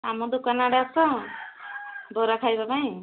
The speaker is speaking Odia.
ଆମ ଦୋକାନ ଆଡ଼େ ଆସ ବରା ଖାଇବା ପାଇଁ